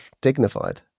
Dignified